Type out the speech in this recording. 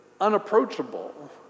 unapproachable